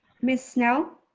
miss snell?